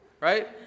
right